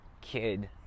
kid